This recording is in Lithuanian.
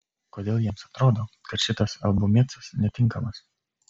kodėl jiems atrodo kad šitas albumėcas netinkamas